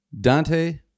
Dante